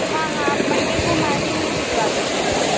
हाँ हाँ आप मंडे को मार्निंग में भिजवा दीजिएगा